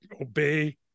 obey